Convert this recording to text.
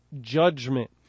judgment